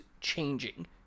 changing